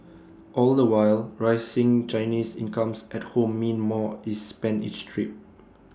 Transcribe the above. all the while rising Chinese incomes at home mean more is spent each trip